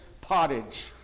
pottage